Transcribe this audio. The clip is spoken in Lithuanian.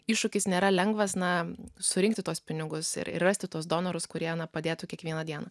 iššūkis nėra lengvas na surinkti tuos pinigus ir rasti tuos donorus kurie padėtų kiekvieną dieną